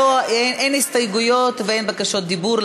אין הסתייגויות ואין בקשות דיבור,